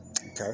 Okay